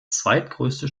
zweitgrößte